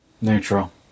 Neutral